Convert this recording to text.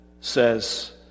says